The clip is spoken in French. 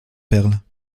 perles